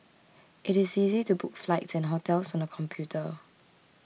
it is easy to book flights and hotels on the computer